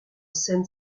seine